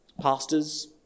pastors